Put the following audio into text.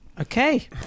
Okay